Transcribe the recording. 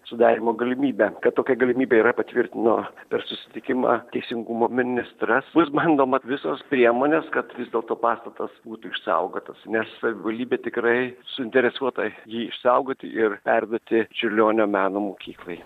sudarymo galimybę kad tokia galimybė yra patvirtino per susitikimą teisingumo ministras bus bandoma visos priemonės kad vis dėlto pastatas būtų išsaugotas nes savivaldybė tikrai suinteresuota jį išsaugoti ir perduoti čiurlionio meno mokyklai